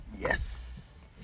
Yes